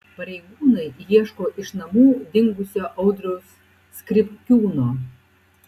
pareigūnai ieško iš namų dingusio audriaus skripkiūno